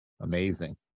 amazing